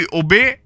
obey